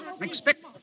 Expect